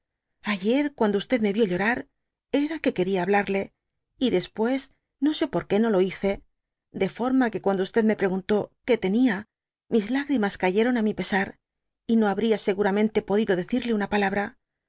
ayer cuando me vid llorar era que quería hablarle y después no sé porqué no lo dby google bize de forma que cuando me preguntó que tenia mis lágrimas cayeron á mi pes y no b bria seguramente podido decirle una palabra